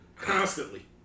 constantly